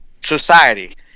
society